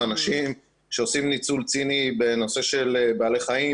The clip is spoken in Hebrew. אנשים שעושים ניצול ציני בנושא של בעלי חיים,